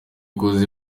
ukoze